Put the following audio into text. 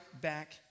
back